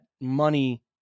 money